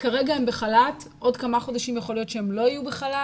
כרגע הם בחל"ת אבל בעוד כמה חודשים יכול להיות שהם לא יהיו בחל"ת.